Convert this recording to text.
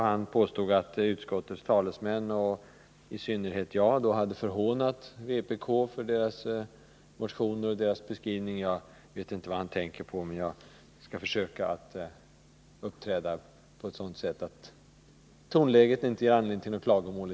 Han påstod att utskottets talesmän och i synnerhet jag hade förhånat vpk för partiets motioner och beskrivning av läget. Jag vet inte vad han tänker på, men jag skall försöka uppträda på ett sådant sätt att tonläget i dag inte ger anledning till klagomål.